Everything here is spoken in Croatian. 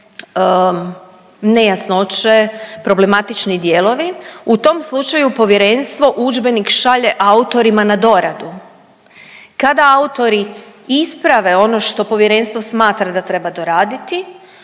nejasnoće, problematični dijelovi, u tom slučaju Povjerenstvu udžbenik šalje autorima na doradu. Kada autori isprave ono što Povjerenstvo smatra da treba doraditi,